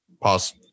Pause